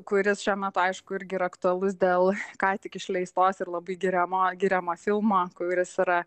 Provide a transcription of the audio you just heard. kuris šiuo metu aišku irgi yra aktualus dėl ką tik išleistos ir labai giriamo giriamo filmo kuris yra